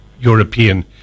European